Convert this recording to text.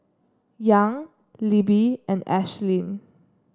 Young Libby and Ashlynn